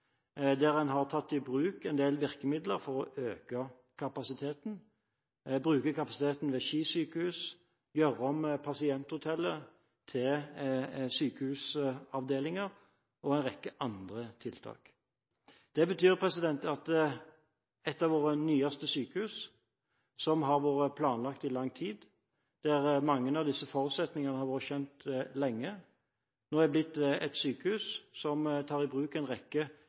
der en har tatt i bruk en del virkemidler for å øke kapasiteten, bruke kapasiteten ved Ski sykehus, gjøre om pasienthotellet til sykehusavdelinger og en rekke andre tiltak. Det betyr at et av våre nyeste sykehus, som har vært planlagt i lang tid, og der mange av disse forutsetningene har vært kjent lenge, nå er blitt et sykehus som tar i bruk en rekke